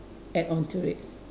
add on to it